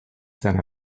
seiner